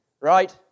right